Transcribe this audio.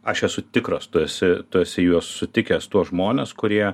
aš esu tikras tu esi tu esi juos sutikęs tuos žmones kurie